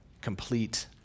complete